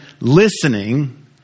listening